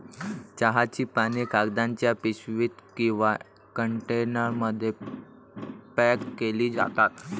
चहाची पाने कागदाच्या पिशवीत किंवा कंटेनरमध्ये पॅक केली जातात